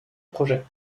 projet